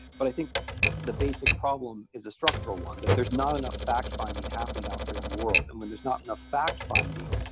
but i think the basic problem is a structural one, that there's not enough fact finding happening out there in the world. and when there's not enough fact finding,